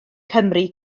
cymru